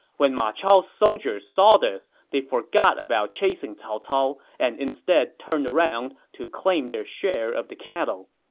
when ma chao's soldiers saw this, they forgot about chasing cao cao and instead turned around to claim their share of the cattle.